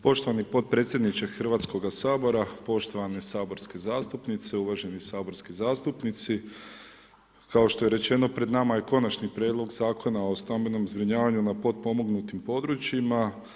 Poštovani podpredsjedniče HS-a, poštovane saborske zastupnice, uvaženi saborski zastupnici, kao što je rečeno, pred nama je Konačni prijedlog Zakona o stambenom zbrinjavanju na potpomognutim područjima.